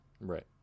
Right